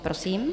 Prosím.